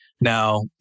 Now